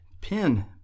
Pin